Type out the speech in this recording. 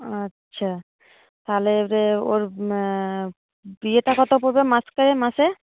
আচ্ছা তাহলে যে ওর ইয়েটা কত পড়বে মাস গেলে মাসে